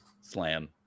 slam